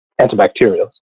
antibacterials